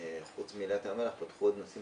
חוץ מאילת וים המלח פתחו עוד נושאים